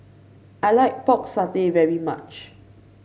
I like Pork Satay very much